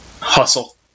Hustle